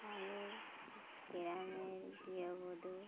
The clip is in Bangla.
আমি গ্রামের গৃহবধূ